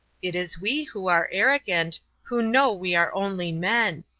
it is we who are arrogant, who know we are only men.